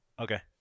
Okay